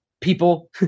people